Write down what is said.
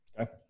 Okay